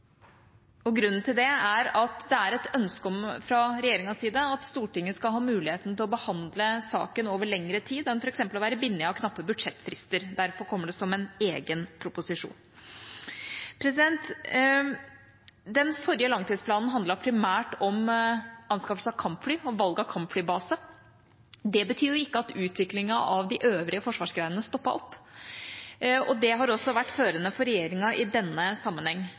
statsbudsjettet. Grunnen til det er at det er et ønske fra regjeringas side at Stortinget skal ha muligheten til å behandle saken over lengre tid enn f.eks. å være bundet av knappe budsjettfrister. Derfor kommer det som en egen proposisjon. Den forrige langtidsplanen handlet primært om anskaffelse av kampfly og valg av kampflybase. Det betyr jo ikke at utviklingen av de øvrige forsvarsgreinene stoppet opp, og det har også vært førende for regjeringa i denne sammenheng.